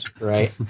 right